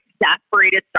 exasperated